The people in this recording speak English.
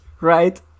Right